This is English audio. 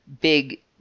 big